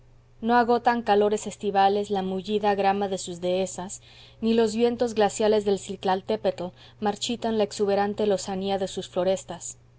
no agotan calores estivales la mullida grama de sus dehesas ni los vientos glaciales del citlaltépetl marchitan la exuberante lozanía de sus florestas